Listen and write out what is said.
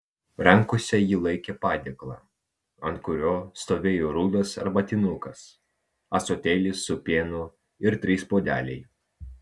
rankose ji laikė padėklą ant kurio stovėjo rudas arbatinukas ąsotėlis su pienu ir trys puodeliai